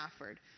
offered